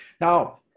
Now